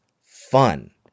fun